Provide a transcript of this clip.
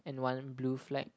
and one blue flag